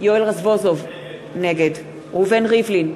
יואל רזבוזוב, נגד ראובן ריבלין,